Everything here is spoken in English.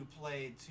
played